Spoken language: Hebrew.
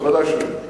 ודאי שהוא יודע,